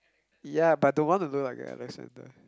ya but don't want to look like a Alexander